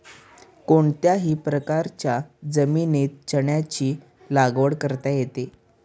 कोणत्याही प्रकारच्या जमिनीत चण्याची लागवड करता येते